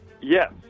Yes